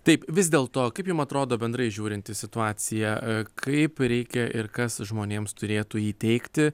taip vis dėl to kaip jum atrodo bendrai žiūrint į situaciją kaip reikia ir kas žmonėms turėtų įteigti